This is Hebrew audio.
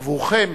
עבורכם